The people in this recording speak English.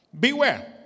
Beware